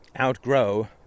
Outgrow